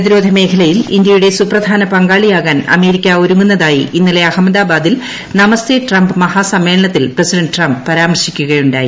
പ്രതിരോധ മേഖലയിൽ ഇന്ത്യയുടെ സുപ്രധാന പങ്കാളിയാകാൻ അമേരിക്ക ഒരുങ്ങുന്നതായി ഇന്നലെ അഹമ്മദാബാദിൽ നമസ്തേ ട്രംപ് മഹാസമ്മേളനത്തിൽ പ്രസിഡന്റ് ട്രംപ് പരാമർശിക്കുകയുായി